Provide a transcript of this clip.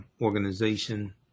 organization